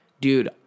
Dude